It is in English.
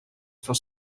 for